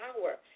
power